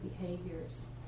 behaviors